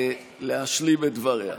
להשלים את דבריה.